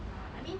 ya I mean